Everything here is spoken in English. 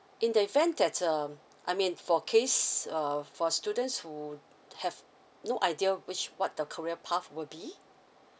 in the event that um I mean for case uh for students who have no idea which what the career path will be